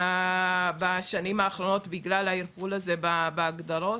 בשנים האחרונות בגלל הערפול הזה בהגדרות.